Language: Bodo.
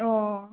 अ